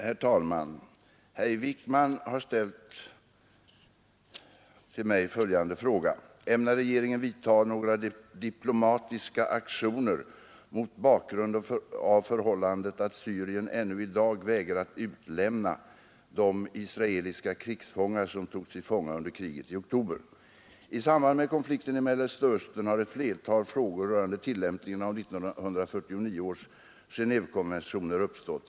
Herr talman! Herr Wijkman har till mig ställt följande fråga: Ämnar regeringen vidtaga några diplomatiska aktioner mot bakgrund av förhållandet att Syrien ännu i dag vägrat utlämna de israeliska krigsfångar som togs till fånga under kriget i oktober? I samband med konflikten i Mellersta Östern har ett flertal frågor rörande tillämpningen av 1949 års Genévekonventioner uppstått.